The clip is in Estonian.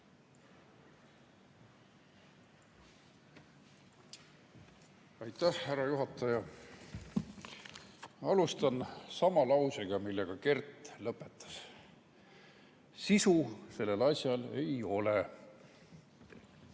Aitäh, härra juhataja! Alustan sama lausega, millega Kert lõpetas: sisu sellel asjal ei ole.